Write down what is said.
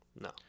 No